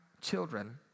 children